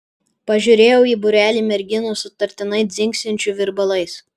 pažiūrėjau į būrelį merginų sutartinai dzingsinčių virbalais